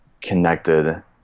connected